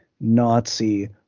Nazi